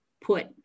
put